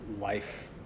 life